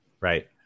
Right